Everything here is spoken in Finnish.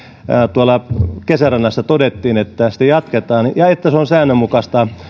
tuolla kesärannassa totesimme ja että sitä jatketaan niin että se on säännönmukaista